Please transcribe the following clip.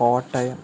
Kottayam